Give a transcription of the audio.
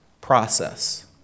process